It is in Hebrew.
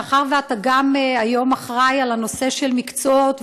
מאחר שאתה היום גם אחראי לנושא של מקצועות,